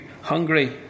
hungry